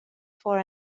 for